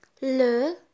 Le